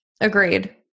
Agreed